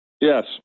Yes